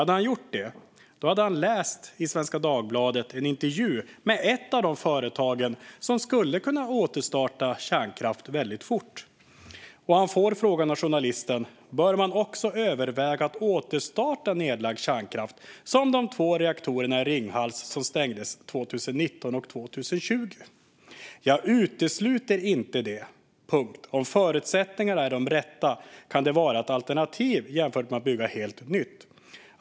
Hade han gjort det hade han läst en intervju i Svenska Dagbladet med en representant för ett av de företag som skulle kunna återstarta kärnkraft väldigt fort. "Bör man också överväga att återstarta nedlagd kärnkraft, som de två reaktorer i Ringhals som stängdes 2019 och 2020?" frågar journalisten. "Jag utesluter inte det", svarar representanten. "Om förutsättningarna är de rätta kan det vara ett alternativ jämfört med att bygga helt nytt.